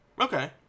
Okay